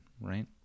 right